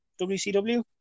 WCW